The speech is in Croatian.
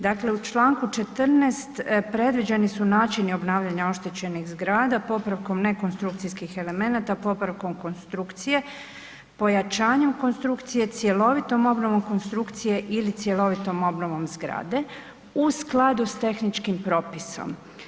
Dakle u čl. 14 predviđeni su načini obnavljanja oštećenih zgrada popravkom nekonstrukcijskih elemenata, popravkom konstrukcije, pojačanjem konstrukcije, cjelovitom obnovom konstrukcije ili cjelovitom obnovom zgrade u skladu s tehničkim propisom.